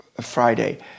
Friday